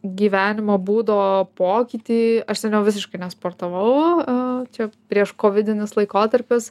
gyvenimo būdo pokytį aš seniau visiškai nesportavau aaa čia prieš kovidinis laikotarpis